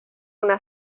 una